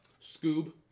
Scoob